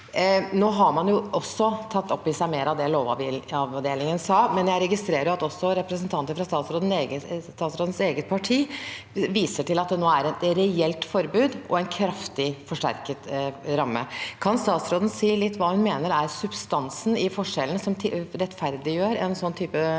Nå har man tatt opp i seg mer av det lovavdelingen sa, men jeg registrerer at også representanter fra statsrådens eget parti viser til at det nå blir et reelt forbud og en kraftig forsterket ramme. Kan statsråden si litt om hva hun mener er substansen i forskjellen som rettferdiggjør en slik